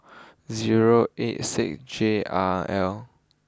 zero eight six J R L